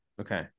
Okay